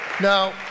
Now